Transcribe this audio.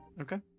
Okay